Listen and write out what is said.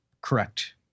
correct